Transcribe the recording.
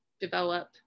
develop